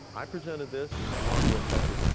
i presented this along with dr.